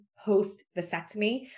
post-vasectomy